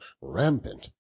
rampant